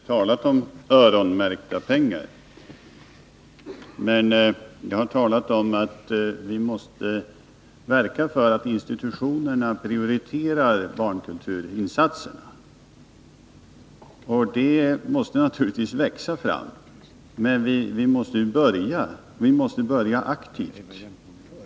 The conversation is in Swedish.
Herr talman! Jag har inte talat om öronmärkta pengar. Jag har talat om att vi måste verka för att institutionerna prioriterar barnkulturinsatserna. Och detta måste naturligtvis växa fram. Men vi måste ju börja aktivt.